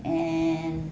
and